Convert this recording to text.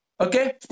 okay